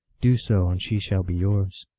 do so, and she shall be yours.